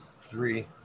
three